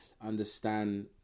understand